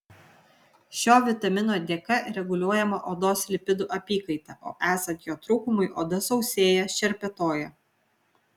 šio vitamino dėka reguliuojama odos lipidų apykaita o esant jo trūkumui oda sausėja šerpetoja